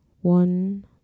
one